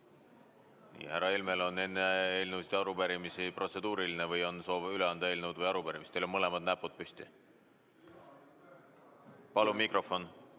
härra Helmel on enne eelnõusid ja arupärimisi protseduuriline või on teil soov üle anda eelnõusid või arupärimisi? Teil on mõlemad näpud püsti. Palun mikrofon!